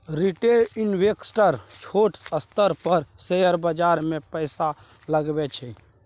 retail investor छोट स्तर पर शेयर बाजार मे पैसा लगबै छै